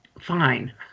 fine